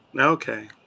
Okay